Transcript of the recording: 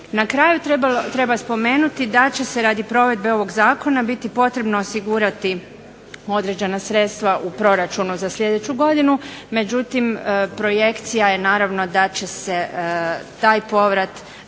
Na kraju, treba spomenuti da će se radi provedbe ovog zakona biti potrebno osigurati određena sredstva u proračunu za sljedeću godinu, međutim projekcija je naravno da će se taj povrat zapravo